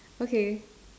okay